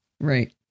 Right